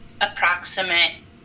approximate